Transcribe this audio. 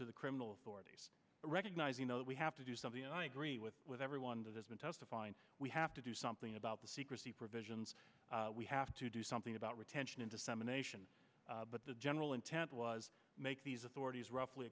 to the criminal court he's recognizing that we have to do something i agree with with everyone that has been testifying we have to do something about the secrecy provisions we have to do something about retention and dissemination but the general intent was make these authorities roughly